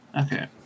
Okay